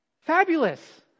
Fabulous